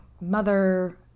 mother